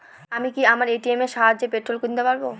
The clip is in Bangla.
আমি কি আমার এ.টি.এম এর সাহায্যে পেট্রোল কিনতে পারব?